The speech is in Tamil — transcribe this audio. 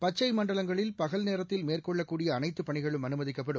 பச்சை மண்டலங்களில் பகல் நேரத்தில் மேற்கொள்ள கூடிய அனைத்து பணிகளும் அனுமதிக்கப்படும்